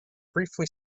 briefly